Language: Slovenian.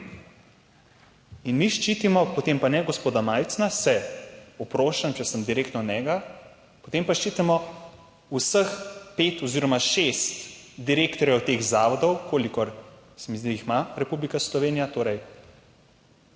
In mi ščitimo, potem pa ne gospoda Majcna, se oproščam, če sem direktno njega, potem pa ščitimo vseh pet oziroma šest direktorjev teh zavodov, kolikor, se mi zdi, da jih ima Republika Slovenija. Torej,